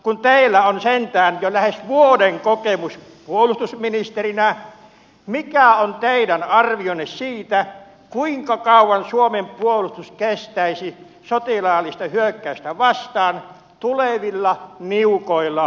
kun teillä on sentään jo lähes vuoden kokemus puolustusministerinä mikä on teidän arvionne siitä kuinka kauan suomen puolustus kestäisi sotilaallista hyökkäystä vastaan tulevilla niukoilla puolustusresursseilla